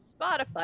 Spotify